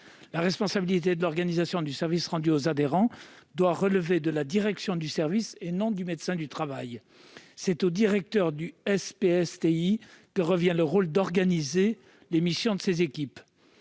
La responsabilité de l'organisation du service rendu aux adhérents doit relever de la direction du service et non du médecin du travail. C'est au directeur du SPSTI que revient le rôle d'organiser les missions de ses équipes.